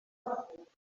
desert